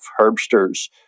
Herbster's